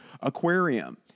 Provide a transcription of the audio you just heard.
aquarium